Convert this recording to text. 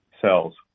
cells